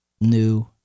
new